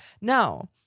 No